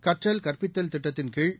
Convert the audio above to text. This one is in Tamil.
கற்றல் கற்பித்தல் திட்டத்தின்கீழ்